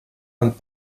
und